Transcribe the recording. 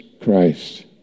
Christ